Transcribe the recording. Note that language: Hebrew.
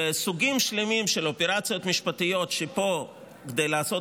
וסוגים שלמים של אופרציות משפטיות שפה כדי לעשות